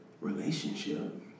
relationship